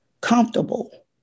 comfortable